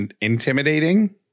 intimidating